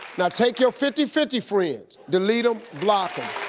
now take your fifty fifty friends. delete em, block em.